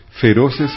feroces